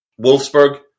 Wolfsburg